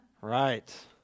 Right